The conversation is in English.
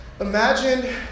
Imagine